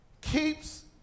keeps